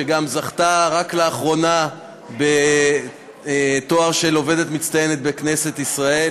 שגם זכתה רק לאחרונה בתואר של עובדת מצטיינת בכנסת ישראל,